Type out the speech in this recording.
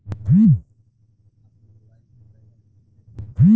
हम अपना मोबाइल से पैसा कैसे भेज सकत बानी?